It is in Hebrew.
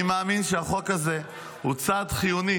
אני מאמין שהחוק הזה הוא צעד חיוני